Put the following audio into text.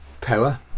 power